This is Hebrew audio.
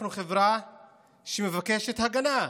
אנחנו חברה שמבקשת הגנה.